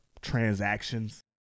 transactions